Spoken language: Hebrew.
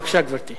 בבקשה, גברתי.